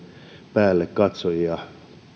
päällekatsojia